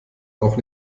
auch